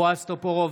בועז טופורובסקי,